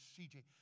CJ